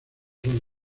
son